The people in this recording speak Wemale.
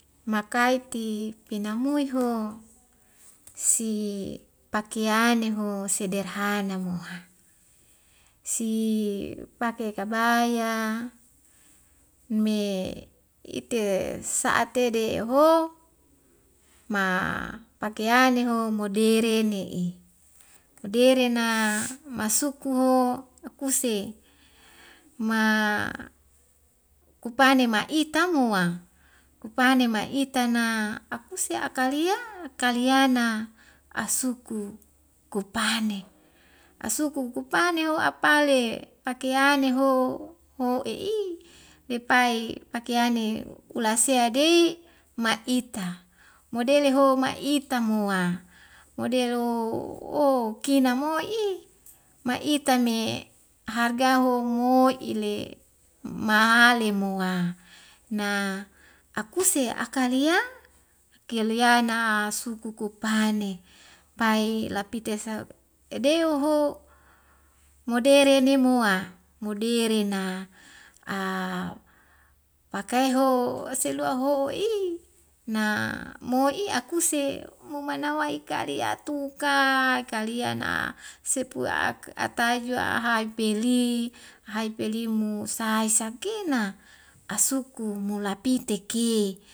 Makaiti pina mue ho si pakiyani ho sederhana mo a si pake kabaya me ite'e sa'ate de ho ma pakeyani ho modereni'i moderan a masuku o akuse ma kupane ma'ita moa kupane ma'ita na akuse akalia kaliana asuku kupane asuku kupane wa apale pakeyane ho ho'i i lepai pakeyane ula sea dei ma'ita modele ho ma'ita moa modeloho o kena moi'i ma'ita me harga ho mo'ile ma ali mua na akuse akalia keliana a suku kupane pai lapites sa edou hoho moderen ne mua moderen na a pakai ho selua ho i na mo'i akuse momana wa ika de atuk ka kalian na sepu ak atae jua aha ipeli hai peli mo sae sakena asuku mulapiteki